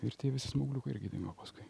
ir tie visi smaugliukai irgi dingo paskui